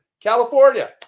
California